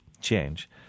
change